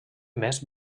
més